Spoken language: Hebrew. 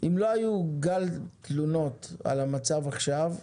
אם לא היו גל תלונות על המצב עכשיו,